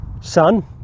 son